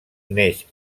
neix